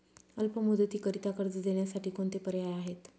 अल्प मुदतीकरीता कर्ज देण्यासाठी कोणते पर्याय आहेत?